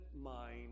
mind